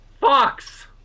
Fox